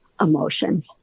emotions